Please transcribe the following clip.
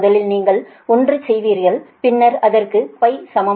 முதலில் நீங்கள் ஒன்றுக்குச் செல்வீர்கள் பின்னர் அதற்கு சமமான